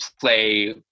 play